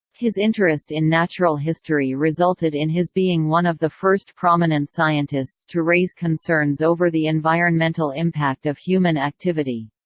his interest in natural history resulted in his being one of the first prominent scientists to raise concerns over the environmental impact of human activity.